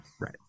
Right